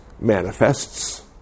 manifests